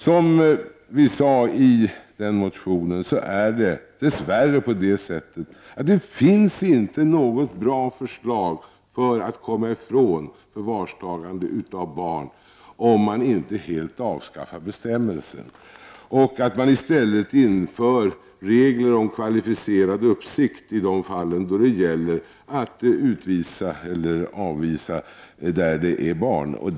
Som vi sade i motionen, finns det dess värre inte något bra förslag för att komma ifrån förvarstagande av barn, om man inte helt avskaffar bestämmelsen och i stället inför regler om kvalificerad uppsikt i de fall då det gäller att utvisa eller avvisa barn.